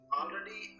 already